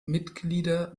mitglieder